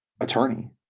attorney